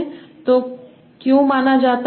तो क्यों माना जाता है f x 0